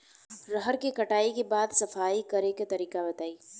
रहर के कटाई के बाद सफाई करेके तरीका बताइ?